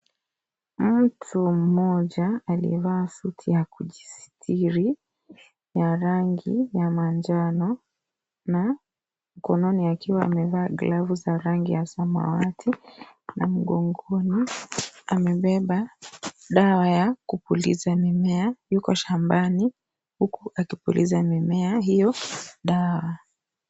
Mtu mmoja aliyevaa suti ya kujisitiri ya rangi ya manjano na mkononi akiwa amevaa glavu za rangi ya samawati na mgongoni amebeba dawa ya kupuliza mimea. Yuko shambani huku akipuliza mimea hiyo dawa.